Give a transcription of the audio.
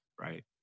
right